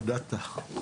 הודעת.